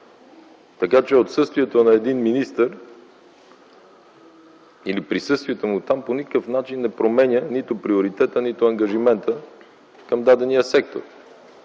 така че отсъствието на един министър или присъствието му там по никакъв начин не променя нито приоритета, нито ангажимента към дадения сектор.